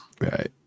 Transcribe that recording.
right